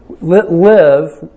live